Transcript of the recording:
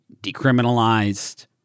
decriminalized